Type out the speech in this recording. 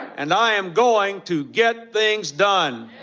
and i am going to get things done